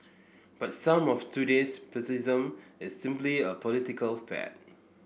but some of today's pessimism is simply a political fad